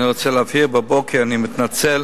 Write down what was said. אני רוצה להבהיר: בבוקר, אני מתנצל,